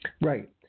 Right